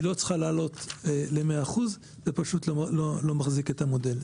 היא לא צריכה לעלות ל-100% זה פשוט לא מחזיק את המודל.